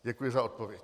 Děkuji za odpověď.